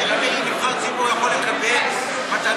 האם נבחר ציבור יכול לקבל מתנות,